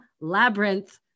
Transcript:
Labyrinth